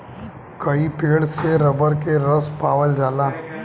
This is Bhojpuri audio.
कई पेड़ से रबर के रस पावल जाला